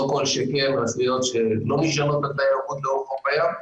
לא כל שכן רשויות שלא נשענות על תיירות לאורך חוף הים.